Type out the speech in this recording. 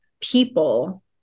people